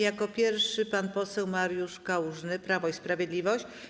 Jako pierwszy pan poseł Mariusz Kałużny, Prawo i Sprawiedliwość.